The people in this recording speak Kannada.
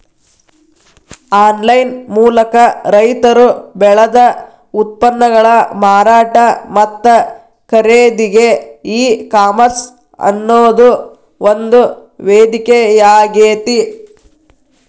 ಆನ್ಲೈನ್ ಮೂಲಕ ರೈತರು ಬೆಳದ ಉತ್ಪನ್ನಗಳ ಮಾರಾಟ ಮತ್ತ ಖರೇದಿಗೆ ಈ ಕಾಮರ್ಸ್ ಅನ್ನೋದು ಒಂದು ವೇದಿಕೆಯಾಗೇತಿ